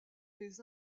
les